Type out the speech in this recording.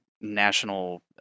National